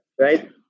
right